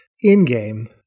in-game